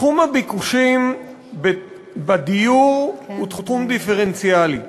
תחום הביקושים בדיור הוא תחום דיפרנציאלי.